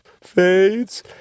fades